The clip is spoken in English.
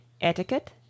ETIQUETTE